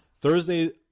Thursday